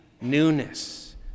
newness